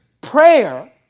prayer